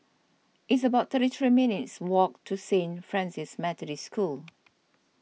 it's about thirty three minutes' walk to Saint Francis Methodist School